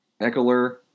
Eckler